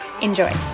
Enjoy